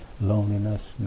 loneliness